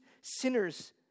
sinners